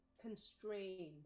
constrained